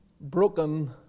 broken